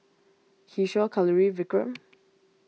Kishore Kalluri Vikram